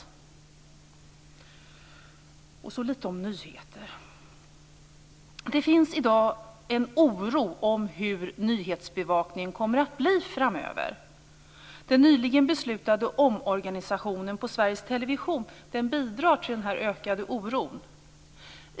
Sedan vill jag säga lite grann om nyheterna. Det finns i dag en oro kring hur det kommer att bli med nyhetsbevakningen framöver. Den nyligen beslutade omorganisationen på Sveriges Television bidrar till den ökade oron.